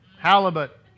halibut